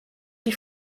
die